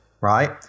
right